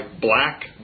black